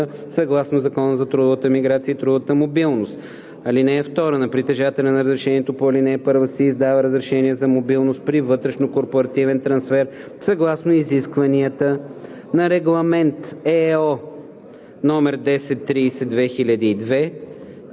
съгласно Закона за трудовата миграция и трудовата мобилност. (2) На притежателя на разрешението по ал. 1 се издава разрешение за мобилност при вътрешнокорпоративен трансфер съгласно изискванията на Регламент (ЕО) № 1030/2002,